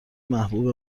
محبوب